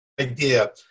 idea